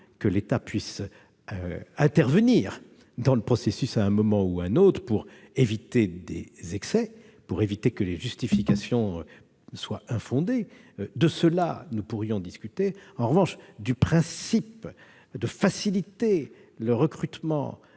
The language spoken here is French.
que l'État puisse intervenir dans le processus, à un moment ou à un autre, pour éviter des excès, par exemple, des justifications infondées. De cela, nous pourrions discuter. En revanche, sur le principe de la facilitation du recrutement